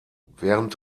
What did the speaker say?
während